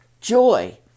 joy